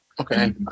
Okay